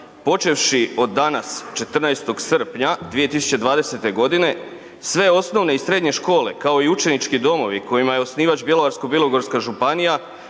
počevši od danas, 14. srpnja 2020. g., sve osnovne i srednje škole kao i učenički domovi kojima je osnivač Bjelovarsko-bilogorska županija,